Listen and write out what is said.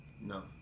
no